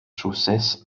trowsus